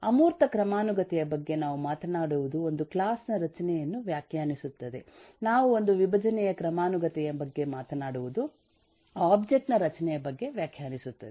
ಅಮೂರ್ತ ಕ್ರಮಾನುಗತೆಯ ಬಗ್ಗೆ ನಾವು ಮಾತನಾಡುವುದು ಒಂದು ಕ್ಲಾಸ್ ನ ರಚನೆಯನ್ನು ವ್ಯಾಖ್ಯಾನಿಸುತ್ತದೆ ನಾವು ಒಂದು ವಿಭಜನೆಯ ಕ್ರಮಾನುಗತೆಯ ಬಗ್ಗೆ ಮಾತನಾಡುವುದು ಆಬ್ಜೆಕ್ಟ್ ನ ರಚನೆಯ ಬಗ್ಗೆ ವ್ಯಾಖ್ಯಾನಿಸುತ್ತದೆ